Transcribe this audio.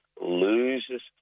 loses